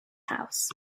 house